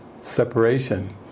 separation